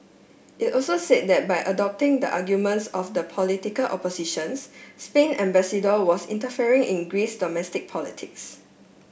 it also said that by adopting the arguments of the political opposition Spain's ambassador was interfering in Greece's domestic politics